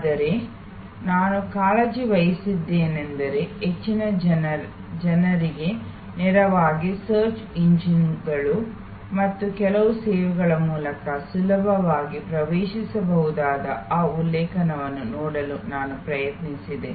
ಆದರೆ ನಾನು ಕಾಳಜಿ ವಹಿಸಿದ್ದೇನೆಂದರೆ ಹೆಚ್ಚಿನ ಜನರಿಗೆ ನೇರವಾಗಿ ಸರ್ಚ್ ಇಂಜಿನ್ಗಳು ಮತ್ತು ಕೆಲವು ಸೇವೆಗಳ ಮೂಲಕ ಸುಲಭವಾಗಿ ಪ್ರವೇಶಿಸಬಹುದಾದ ಆ ಉಲ್ಲೇಖಗಳನ್ನು ನೋಡಲು ನಾನು ಪ್ರಯತ್ನಿಸಿದೆ